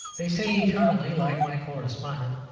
they say eternally, like my correspondent,